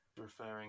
referring